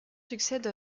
succède